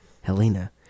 Helena